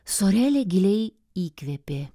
sorėlė giliai įkvėpė